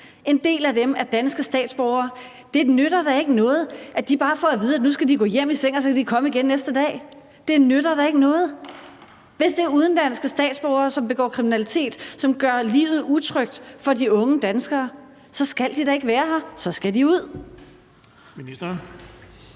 En del af dem er danske statsborgere, og det nytter da ikke noget, at de bare får at vide, at nu skal de gå hjem i seng, og så kan de komme igen næste dag. Det nytter da ikke noget. Hvis det er udenlandske statsborgere, som begår kriminalitet, som gør livet utrygt for de unge danskere, skal de da ikke være her. Så skal de ud. Kl.